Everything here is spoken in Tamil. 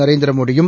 நரேந்திரமோடியும்